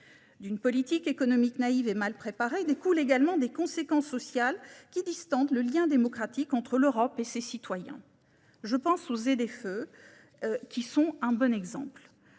D'une politique économique naïve et mal préparée découlent des conséquences sociales qui distendent le lien démocratique entre l'Europe et ses citoyens. Les zones à faibles émissions (ZFE) en sont un bon exemple